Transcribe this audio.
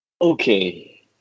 Okay